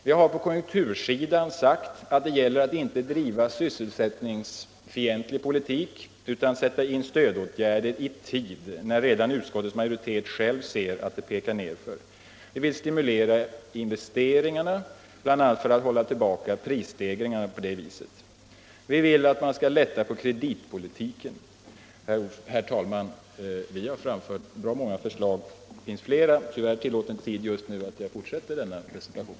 Om konjunkturen har vi sagt att det gäller att inte driva en sysselsättningsfientlig politik, utan sätta in stödåtgärder i tid, när redan utskottets majoritet själv ser att det bär nerför. Vi vill stimulera investeringarna, bl.a. för att hålla tillbaka prisstegringarna. Vi vill att man skall lätta på kreditpolitiken. Herr talman! Vi har framfört bra många förslag. Det finns flera, men tyvärr tillåter inte tiden just nu att jag fortsätter denna presentation.